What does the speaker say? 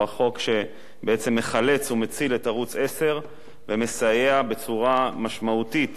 החוק שבעצם מחלץ ומציל את ערוץ-10 ומסייע בצורה משמעותית